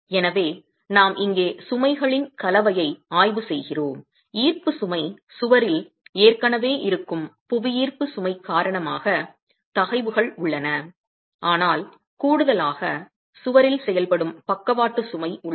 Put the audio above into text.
எனவே நாம் இங்கே சுமைகளின் கலவையை ஆய்வு செய்கிறோம் ஈர்ப்பு சுமை சுவரில் ஏற்கனவே இருக்கும் புவியீர்ப்பு சுமை காரணமாக தகைவுகள் உள்ளன ஆனால் கூடுதலாக சுவரில் செயல்படும் பக்கவாட்டு சுமை உள்ளது